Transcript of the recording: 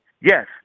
Yes